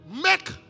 make